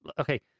Okay